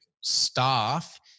staff